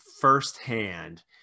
firsthand